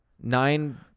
Nine